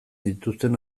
dituzten